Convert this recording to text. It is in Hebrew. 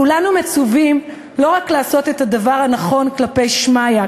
כולנו מצווים לא רק לעשות את הדבר הנכון כלפי שמיא,